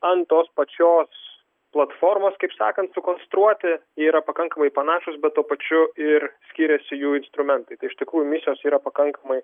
ant tos pačios platformos kaip sakant sukonstruoti jie yra pakankamai panašūs bet tuo pačiu ir skiriasi jų instrumentai tai iš tikrųjų misijos yra pakankamai